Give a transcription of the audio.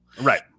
Right